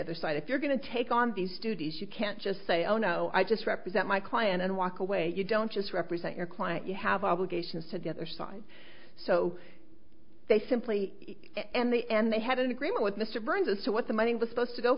get their side if you're going to take on these duties you can't just say oh no i just represent my client and walk away you don't just represent your client you have obligations to the other side so they simply and the end they had an agreement with mr burns as to what the money was supposed to go